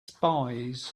spies